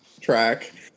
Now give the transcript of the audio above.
track